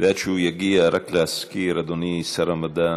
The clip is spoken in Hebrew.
עד שהוא יגיע, רק להזכיר, אדוני שר המדע,